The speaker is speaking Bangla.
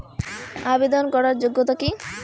আবেদন করার যোগ্যতা কি?